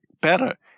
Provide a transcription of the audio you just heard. better